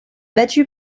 battu